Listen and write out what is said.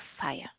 fire